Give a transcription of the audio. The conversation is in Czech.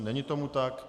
Není tomu tak.